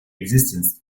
existence